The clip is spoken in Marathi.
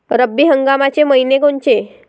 रब्बी हंगामाचे मइने कोनचे?